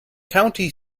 county